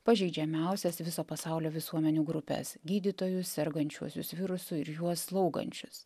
pažeidžiamiausias viso pasaulio visuomenių grupes gydytojus sergančiuosius virusu ir juos slaugančius